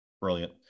Brilliant